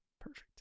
Perfect